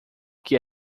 que